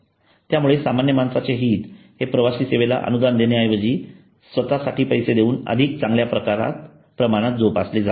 त्यामुळे सामान्य माणसाचे हित हे प्रवासी सेवेला अनुदान देण्याऐवजी स्वतःसाठी पैसे देऊन अधिक चांगल्या प्रमाणात जोपासले जाईल